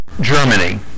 Germany